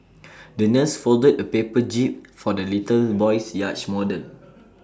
the nurse folded A paper jib for the little boy's yacht model